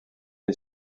est